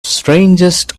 strangest